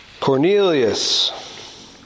Cornelius